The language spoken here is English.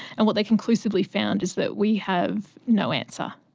and what they conclusively found is that we have no answer,